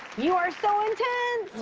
you are so intense.